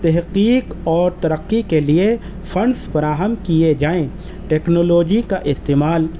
تحقیق اور ترقی کے لیے فنڈز فراہم کیے جائیں ٹیکنالوجی کا استعمال